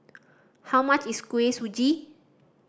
how much is Kuih Suji